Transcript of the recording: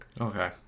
Okay